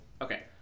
Okay